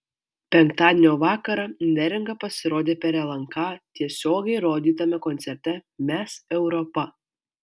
penktadienio vakarą neringa pasirodė per lnk tiesiogiai rodytame koncerte mes europa